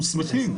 אנחנו שמחים.